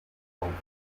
boating